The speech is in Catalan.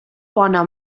bona